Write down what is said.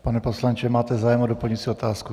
Pane poslanče, máte zájem o doplňující otázku?